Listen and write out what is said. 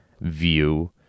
view